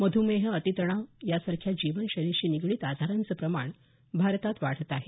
मधुमेह अतितणाव सारख्या जीवनशैलीशी निगडित आजारांचं प्रमाण भारतात वाढत आहे